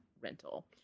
rental